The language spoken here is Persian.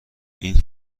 این